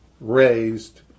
raised